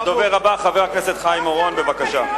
הדובר הבא, חבר הכנסת חיים אורון, בבקשה.